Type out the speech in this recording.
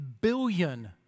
billion